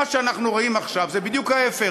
מה שאנחנו רואים עכשיו זה בדיוק ההפך.